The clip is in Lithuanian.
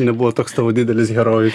nebuvo toks tavo didelis herojus